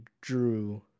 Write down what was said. drew